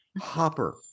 Hopper